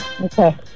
Okay